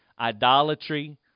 idolatry